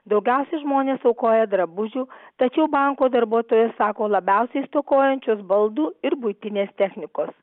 daugiausiai žmonės aukoja drabužių tačiau banko darbuotojos sako labiausiai stokojančios baldų ir buitinės technikos